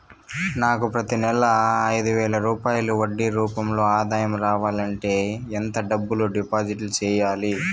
నాకు ప్రతి నెల ఐదు వేల రూపాయలు వడ్డీ రూపం లో ఆదాయం రావాలంటే ఎంత డబ్బులు డిపాజిట్లు సెయ్యాలి?